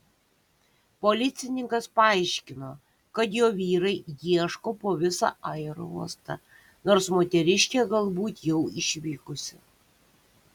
policininkas paaiškino kad jo vyrai ieško po visą aerouostą nors moteriškė galbūt jau išvykusi